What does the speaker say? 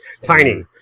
Tiny